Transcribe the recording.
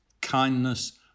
kindness